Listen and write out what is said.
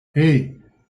hey